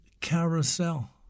Carousel